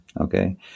Okay